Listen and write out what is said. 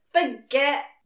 forget